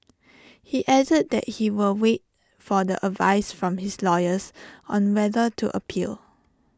he added that he will wait for the advice from his lawyers on whether to appeal